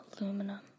Aluminum